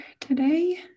today